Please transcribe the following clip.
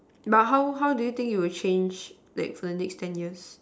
but how how do you think it would change like for the next ten years